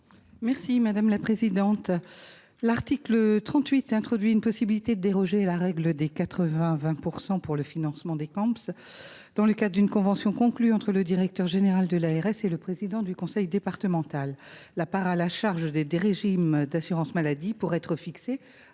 est à Mme le rapporteur. L’article 38 introduit une possibilité de déroger à la règle des « 80 % 20 %» pour le financement des Camsp. Dans le cadre d’une convention conclue entre le directeur général de l’ARS et le président du conseil départemental, la part à la charge des régimes d’assurance maladie pourrait être fixée